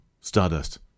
Stardust